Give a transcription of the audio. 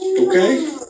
okay